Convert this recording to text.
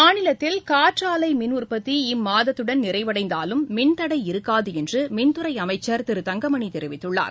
மாநிலத்தில் காற்றாலை மின்உற்பத்தி இம்மாதத்துடன் நிறைவடைந்தாலும் மின்தடை இருக்னது என்று மின்துறை அமைச்சர் திரு பி தங்கமணி தெரிவித்துள்ளார்